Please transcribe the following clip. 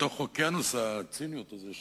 בתוך אוקיינוס הציניות הזה,